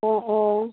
অঁ অঁ